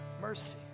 mercy